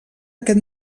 aquest